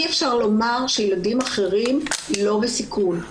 אי-אפשר לומר שילדים אחרים לא בסיכון.